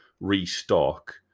restock